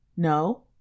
No